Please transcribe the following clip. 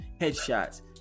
headshots